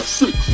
six